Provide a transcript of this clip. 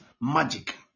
magic